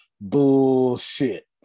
bullshit